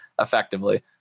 effectively